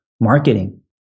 marketing